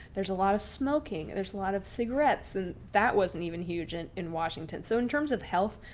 there's a lot of smoking, there's a lot of cigarettes. and that was and even huge and in washington. so in terms of health,